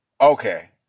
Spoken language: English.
Okay